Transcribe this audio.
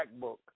MacBook